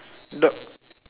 dog